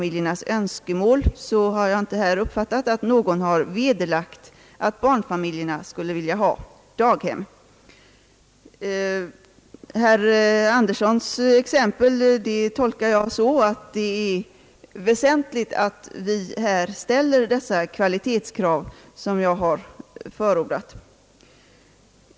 Till herr Jacobsson vill jag säga, att jag inte uppfattat att någon har veder lagt att barnfamiljerna vill ha daghem. Herr Anderssons exempel tolkar jag så att det är väsentligt att vi ställer de kvalitetskrav som jag förordat.